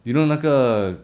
you know 那个